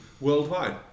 worldwide